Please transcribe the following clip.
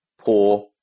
poor